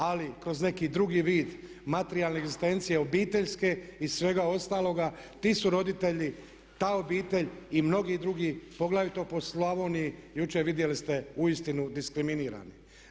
Ali kroz neki drugi vid materijalne egzistencije, obiteljske i svega ostaloga ti su roditelji, ta obitelj i mnogi drugi poglavito po Slavoniji jučer vidjeli ste uistinu diskriminiran.